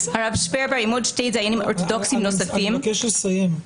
הרב שפרבר עם עוד שני דיינים אורתודוקסים נוספים --- אני מבקש לסיים.